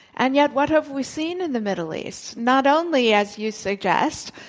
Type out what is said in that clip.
and yet, what have we seen in the middle east? not only, as you suggest,